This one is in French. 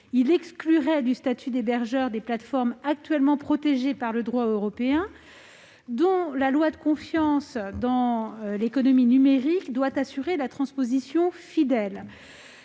il exclurait du statut d'hébergeur des plateformes actuellement protégées par le droit européen, dont la loi pour la confiance dans l'économie numérique n'a pu qu'assurer la transposition fidèle.